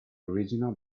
original